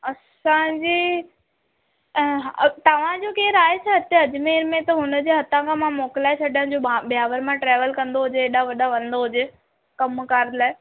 असांजी त तव्हांजो केर आहे छा हिते अजमेर में त हुनजे हथा खां मां मोकिलाए छॾा जो ब ब्यावर मां ट्रेवल कंदो हुजे हेॾा होॾा वेंदो हुजे कमु कारि लाइ